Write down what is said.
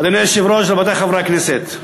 אדוני היושב-ראש, רבותי חברי הכנסת,